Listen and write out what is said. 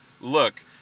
look